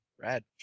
Rad